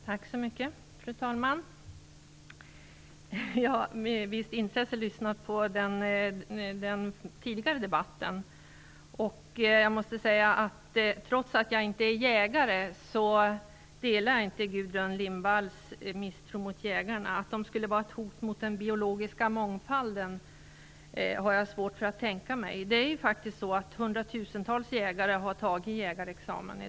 Fru talman! Jag har med visst intresse lyssnat på den tidigare debatten. Trots att jag inte är jägare, delar jag inte Gudrun Lindvalls misstro mot jägarna. Att de skulle utgöra ett hot mot den biologiska mångfalden har jag svårt att tänka mig. Det är faktiskt hundratusentals jägare i dag som har tagit jägarexamen.